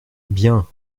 bien